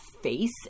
face